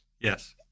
Yes